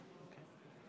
אז אוקיי.